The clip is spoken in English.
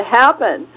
happen